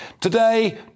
Today